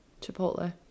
Chipotle